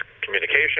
communication